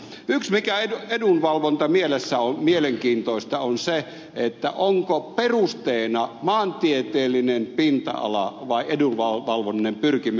yksi mikä edunvalvontamielessä on mielenkiintoista on se onko perusteena maantieteellinen pinta ala vai edunvalvonnallinen pyrkimys